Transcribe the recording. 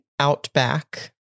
Outback